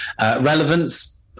Relevance